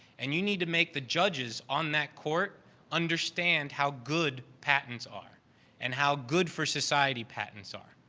and you need to make the judges on that court understand how good patents are and how good for society patents are.